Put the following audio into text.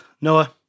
Noah